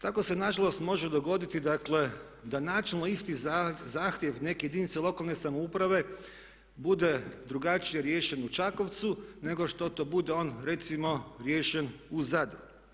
Tako se na žalost može dogoditi, dakle da načelno isti zahtjev neke jedinice lokalne samouprave bude drugačije riješen u Čakovcu nego što to bude on recimo riješen u Zadru.